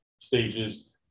stages